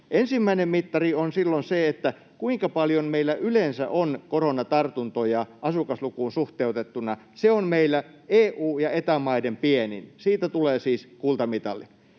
Ensimmäinen mittari on se, kuinka paljon meillä yleensä on koronatartuntoja asukaslukuun suhteutettuna, ja se on meillä EU- ja Eta-maiden pienin. Siitä tulee siis kultamitali.